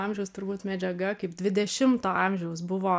amžiaus turbūt medžiaga kaip dvidešimto amžiaus buvo